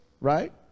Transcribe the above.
right